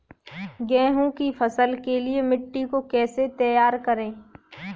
गेहूँ की फसल के लिए मिट्टी को कैसे तैयार करें?